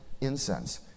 incense